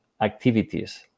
activities